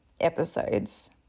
episodes